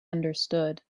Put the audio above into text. understood